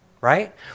Right